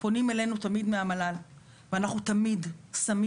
פונים אלינו תמיד מהמל"ל ואנחנו תמיד שמים